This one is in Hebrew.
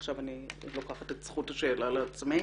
עכשיו אני לוקחת את זכות השאלה לעצמי,